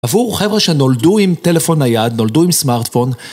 עבור חבר'ה שנולדו עם טלפון נייד, נולדו עם סמארטפון